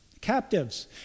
Captives